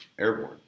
airborne